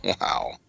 Wow